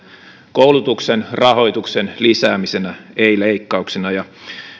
koulutuksen rahoituksen lisäämisenä ei leikkauksina